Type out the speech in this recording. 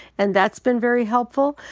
and that's been very helpful.